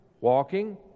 walking